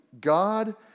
God